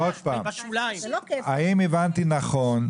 האם הבנתי נכון,